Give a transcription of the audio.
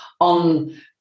on